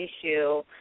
issue